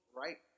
right